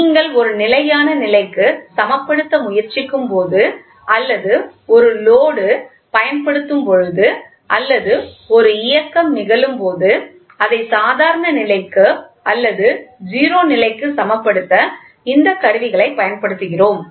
நீங்கள் ஒரு நிலையான நிலைக்கு சமப்படுத்த முயற்சிக்கும் போது அல்லது ஒரு லோடு பயன்படுத்தும் பொழுது அல்லது ஒரு இயக்கம் நிகழும்போது அதை சாதாரண நிலைக்கு அல்லது 0 நிலைக்கு சமப்படுத்த இந்த கருவிகளைப் பயன்படுத்துகிறோம்